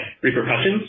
repercussions